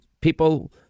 people